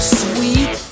sweet